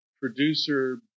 producer